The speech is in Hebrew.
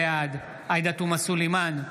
בעד עאידה תומא סלימאן,